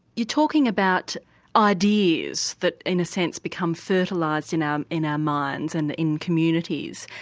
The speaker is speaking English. you're talking about ideas that in a sense become fertilised in um in our minds and in communities.